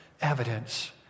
evidence